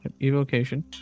evocation